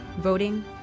voting